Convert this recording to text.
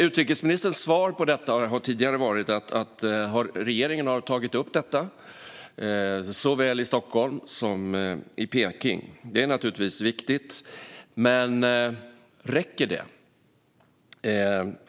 Utrikesministerns svar på detta har tidigare varit att regeringen har tagit upp detta, såväl i Stockholm som i Peking. Det är naturligtvis viktigt, men räcker det?